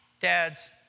Dad's